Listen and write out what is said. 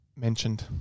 Mentioned